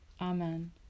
Amen